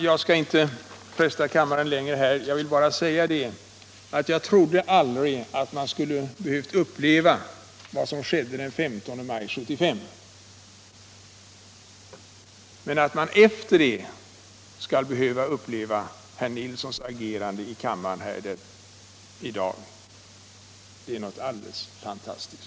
Jag skall inte fresta kammarens tålamod längre. Jag trodde aldrig man skulle behöva uppleva vad som skedde den 15 maj 1975. Men att man efter det skall behöva uppleva herr Nilssons agerande i kammaren här i dag är något alldeles fantastiskt.